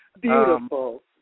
Beautiful